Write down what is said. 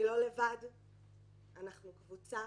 אני לא לבד, אנחנו קבוצה